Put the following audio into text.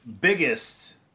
biggest